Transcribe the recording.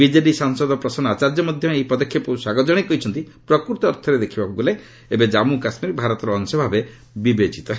BJD ସାଂସଦ ପ୍ରସନ୍ନ ଆଚାର୍ଯ୍ୟ ମଧ୍ୟ ଏହି ପଦକ୍ଷେପକୁ ସ୍ୱାଗତ କଣାଇ କହିଛନ୍ତି ପ୍ରକୂତ ଅର୍ଥରେ ଦେଖିବାକୁ ଗଲେ ଏବେ ଜାମ୍ମୁ କାଶ୍ମୀର ଭାରତର ଅଂଶ ଭାବେ ବିବେଚିତ ହେବ